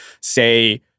say